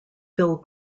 phil